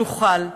נוכל.